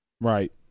Right